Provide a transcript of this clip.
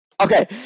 Okay